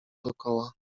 dokoła